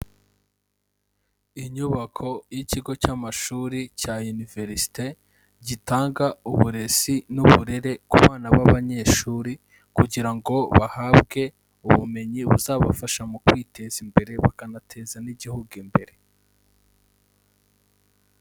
Inyubako y'ikigo cy'amashuri cya université gitanga uburezi n'uburere ku bana b'abanyeshuri kugira ngo bahabwe ubumenyi buzabafasha mu kwiteza imbere, bakanateza n'igihugu imbere.